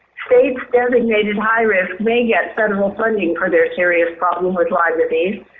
states designated high risk may get federal funding for their serious problem with lyme disease,